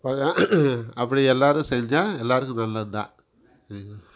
அப்படி எல்லோரும் செஞ்சால் எல்லோருக்கும் நல்லது தான் சரிங்களா